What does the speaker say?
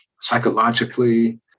psychologically